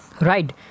Right